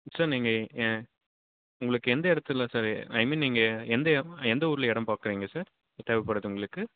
sir நீங்கள் ஏன் உங்களுக்கு எந்த இடத்துல சார் ஐ மீன் நீங்கள் எந்த எ எந்த ஊரில் இடம் பார்க்குறீங்க சார் தேவைப்படுது உங்களுக்கு